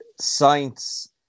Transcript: science